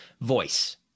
voice